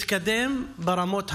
מתקדם ברמות השונות.